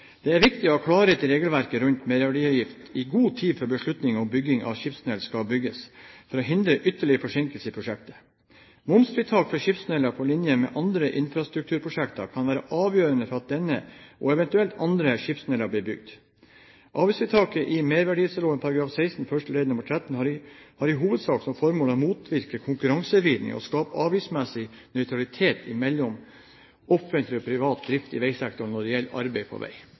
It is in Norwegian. Det er viktig å ha klarhet i regelverket rundt merverdiavgift i god tid før beslutning om bygging av skipstunnelen skal tas for å hindre ytterligere forsinkelser i prosjektet. Momsfritak for skipstunneler på linje med andre infrastrukturprosjekter kan være avgjørende for at denne og eventuelt andre skipstunneler blir bygget. Avgiftsfritaket i merverdiavgiftsloven § 16 første ledd nr. 13 har i hovedsak som formål å motvirke konkurransevridning og skape avgiftsmessig nøytralitet mellom offentlig og privat drift i veisektoren når det gjelder arbeid på vei.